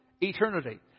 eternity